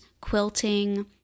quilting